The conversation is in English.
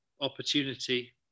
opportunity